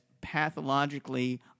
pathologically